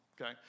okay